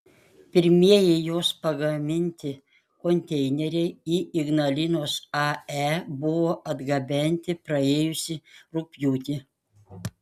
pirmieji jos pagaminti konteineriai į ignalinos ae buvo atgabenti praėjusį rugpjūtį